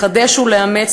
לחדש ולאמץ,